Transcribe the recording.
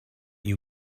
you